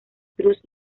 cruz